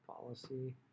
policy